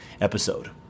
episode